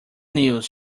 news